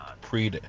pre